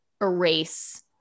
erase